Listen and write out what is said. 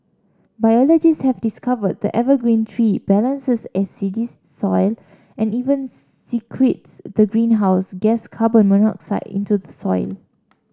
biologists have discovered the evergreen tree balances acidic soil and even secretes the greenhouse gas carbon monoxide into the soil